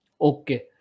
Okay